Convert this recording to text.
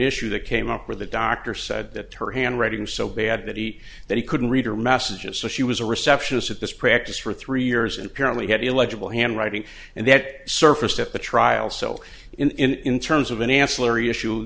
issue that came up with a doctor said that her handwriting so bad that he that he couldn't read or messages so she was a receptionist at this practice for three years and apparently had illegible handwriting and that surfaced at the trial so in terms of an ancillary issue